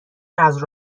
نذر